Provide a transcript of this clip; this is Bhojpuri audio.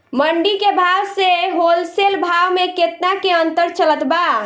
मंडी के भाव से होलसेल भाव मे केतना के अंतर चलत बा?